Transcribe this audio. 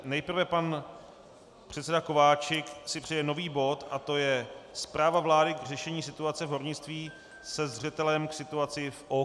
Nejprve pan předseda Kováčik si přeje nový bod a to je zpráva vlády k řešení situace v hornictví se zřetelem k situaci v OKD.